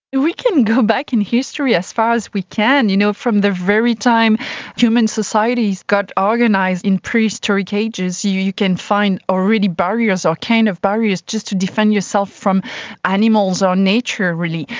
and we can go back in history as far as we can, you know, from the very time human societies got organised in prehistoric ages you you can find already barriers or kind of barriers just to defend yourself from animals or nature really.